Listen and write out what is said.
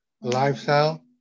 lifestyle